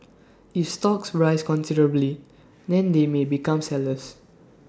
if stocks rise considerably then they may become sellers